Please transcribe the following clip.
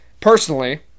Personally